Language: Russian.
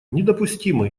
недопустимы